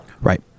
Right